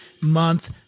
month